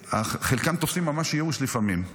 חלקם תופסים ממש ייאוש לפעמים,